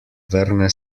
vrne